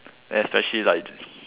especially like this